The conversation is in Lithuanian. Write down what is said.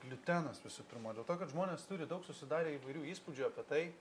gliutenas visų pirma dėl to kad žmonės turi daug susidarę įvairių įspūdžių apie tai